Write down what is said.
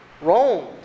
Rome